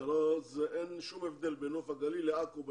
בעניין הזה אין שום הבדל בין נוף הגליל לעכו.